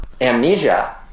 amnesia